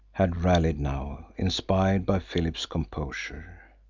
had rallied now, inspired by philip's composure.